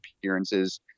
appearances